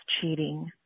cheating